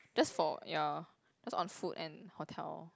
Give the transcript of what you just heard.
just for ya just on food and hotel